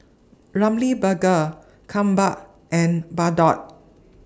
Ramly Burger Kappa and Bardot